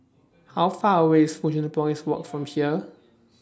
How Far away IS Fusionopolis Walk from here